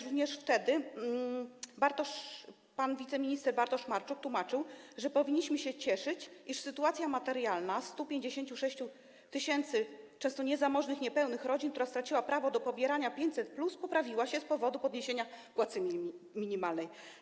Również wtedy pan wiceminister Bartosz Marczuk tłumaczył, że powinniśmy się cieszyć, iż sytuacja materialna 156 tys. często niezamożnych niepełnych rodzin, które straciły prawo do pobierania 500+, poprawiła się z powodu podniesienia płacy minimalnej.